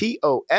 TOS